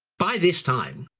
by this time,